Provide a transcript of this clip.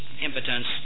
impotence